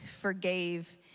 forgave